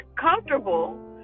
comfortable